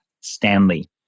Stanley